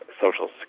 social